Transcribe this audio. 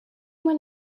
when